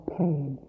pain